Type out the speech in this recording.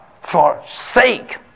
forsake